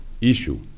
issue